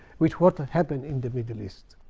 with what happened in the middle east.